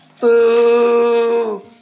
Boo